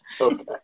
Okay